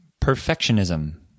perfectionism